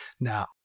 now